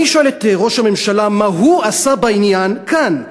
אני שואל את ראש הממשלה: מה הוא עשה בעניין כאן?